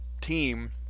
team